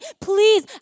Please